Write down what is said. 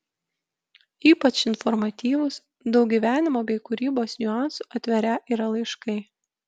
ypač informatyvūs daug gyvenimo bei kūrybos niuansų atverią yra laiškai